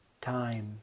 time